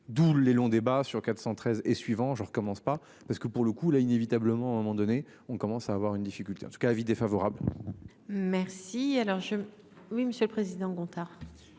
d'où les longs débats sur 413 et suivants je recommence pas parce que pour le coup là inévitablement à un moment donné, on commence à avoir une difficulté en tout cas l'avis défavorable. Merci alors je. Oui, monsieur le président Gontard.